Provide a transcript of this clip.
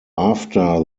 after